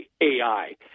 AI